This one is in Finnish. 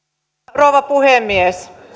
rouva puhemies